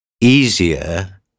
easier